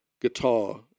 guitar